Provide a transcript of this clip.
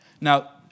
Now